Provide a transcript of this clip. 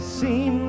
seem